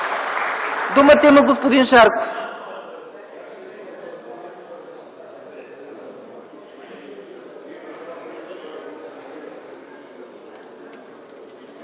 Думата има господин Шарков.